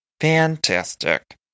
Fantastic